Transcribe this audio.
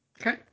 Okay